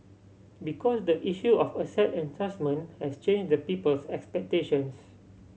because the issue of asset enhancement has changed the people's expectations